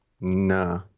Nah